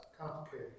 Complicated